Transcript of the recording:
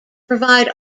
provide